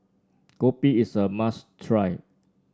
Kopi is a must try